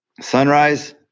Sunrise